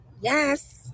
Yes